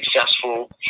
successful